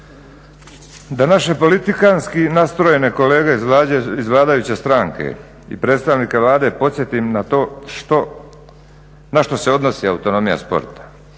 Današnji politikantski nastrojene kolege iz vladajuće stranke i predstavnika Vlade podsjetim na to na što se odnosi autonomija sporta,